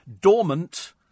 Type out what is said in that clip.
dormant